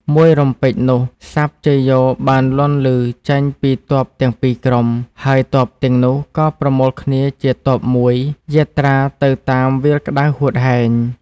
មួយរំពេចនោះស័ព្ទជយោបានលាន់ឮចេញពីទ័ពទាំងពីរក្រុម ហើយទ័ពទាំងនោះក៏ប្រមូល គា្នជាទ័ពមួយយាត្រាទៅតាមវាលក្ដៅហួតហែង។